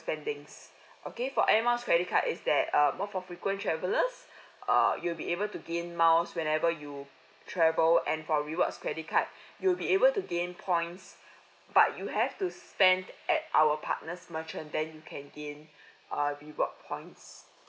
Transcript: spending okay for Air Miles credit card is that um more for frequent travelers err you'll be able to gain miles whenever you travel and for rewards credit card you will be able to gain points but you have to spend at our partners merchant then you can gain err reward points